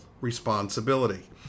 responsibility